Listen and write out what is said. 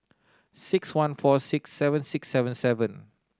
six one four six seven six seven seven